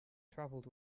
travelled